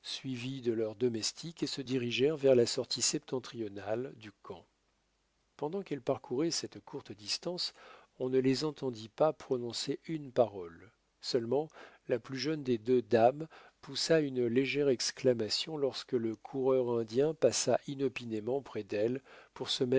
suivis de leurs domestiques et se dirigèrent vers la sortie septentrionale du camp pendant qu'elles parcouraient cette courte distance on ne les entendit pas prononcer une parole seulement la plus jeune des deux dames poussa une légère exclamation lorsque le coureur indien passa inopinément près d'elle pour se